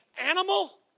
animal